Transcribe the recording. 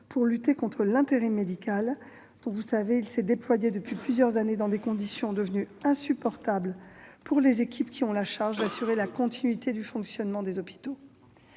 pour lutter contre l'intérim médical, dont vous savez qu'il s'est déployé depuis plusieurs années dans des conditions devenues insupportables pour les équipes ayant la charge d'assurer la continuité du fonctionnement des hôpitaux.